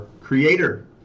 Creator